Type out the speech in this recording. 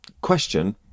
question